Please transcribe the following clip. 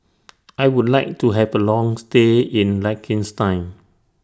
I Would like to Have A Long stay in Liechtenstein